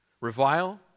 Revile